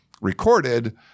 recorded